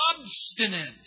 obstinate